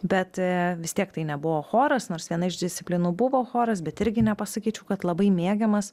bet vis tiek tai nebuvo choras nors viena iš disciplinų buvo choras bet irgi nepasakyčiau kad labai mėgiamas